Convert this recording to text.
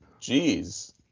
Jeez